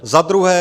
Za druhé.